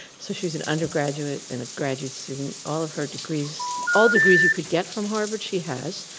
so she was an undergraduate and a graduate student. all of her degrees all degrees you could get from harvard, she has,